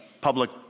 public